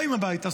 באים הביתה,